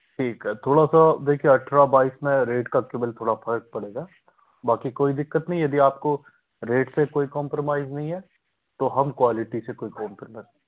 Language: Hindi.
ठीक है थोड़ा सा देखिए अट्ठारह बाईस में रेट का केवल थोड़ा फ़र्क़ पड़ेगा बाक़ी कोई दिक्कत नहीं हैं यदि आपको रेट से कोई कॉप्रमाइज़ नहीं हैं तो हम क्वालिटी से कोई कोप्रमाइस